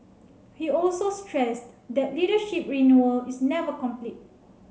he also stressed that leadership renewal is never complete